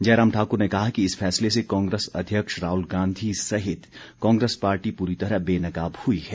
जयराम ठाकुर ने कहा कि इस फैसले से कांग्रेस अध्यक्ष राहुल गांधी सहित कांग्रेस पार्टी पूरी तरह बेनकाब हुई है